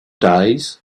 days